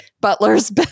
Butler's